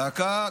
דקה.